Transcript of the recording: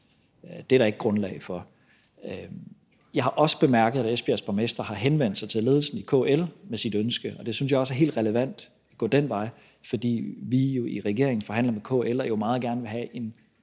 det er der ikke grundlag for. Jeg har også bemærket, at Esbjergs borgmester har henvendt sig til ledelsen i KL med sit ønske, og jeg synes også, det er helt relevant at gå den vej, fordi vi jo i regeringen forhandler med KL og meget gerne vil have en